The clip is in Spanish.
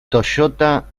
toyota